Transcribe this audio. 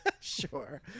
Sure